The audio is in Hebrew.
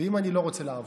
ואם אני לא רוצה לעבוד,